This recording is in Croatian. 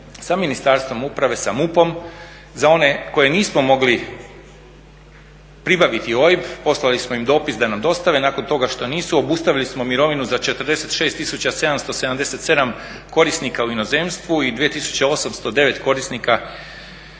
sa Ministarstvom uprave, sa MUP-om za one koje nismo mogli pribaviti OIB poslali smo im dopis da nam dostave, nakon toga što nisu, obustavili smo mirovinu za 46 777 korisnika u inozemstvu, i 2809 korisnika u Hrvatskoj.